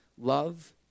Love